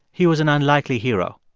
he was an unlikely hero.